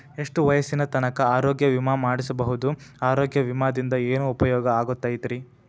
ಎಷ್ಟ ವಯಸ್ಸಿನ ತನಕ ಆರೋಗ್ಯ ವಿಮಾ ಮಾಡಸಬಹುದು ಆರೋಗ್ಯ ವಿಮಾದಿಂದ ಏನು ಉಪಯೋಗ ಆಗತೈತ್ರಿ?